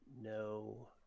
No